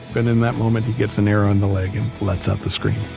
and in that moment he gets an arrow in the leg and lets out the scream